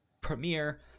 Premiere